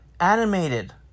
animated